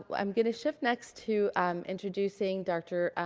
i'm going to shift next to introducing dr.